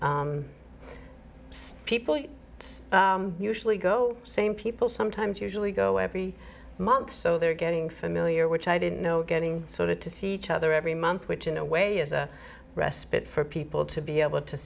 people usually go same people sometimes usually go every month so they're getting familiar which i didn't know getting sort of to see each other every month which in a way is a respite for people to be able to